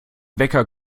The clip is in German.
wecker